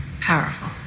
powerful